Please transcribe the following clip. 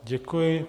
Děkuji.